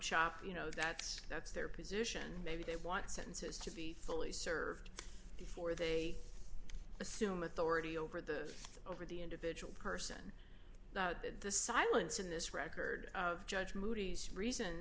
shop you know that's that's their position maybe they want sentences to be fully served before they assume authority over the over the individual person that the silence in this record judge moody's reason